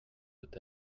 peut